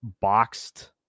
boxed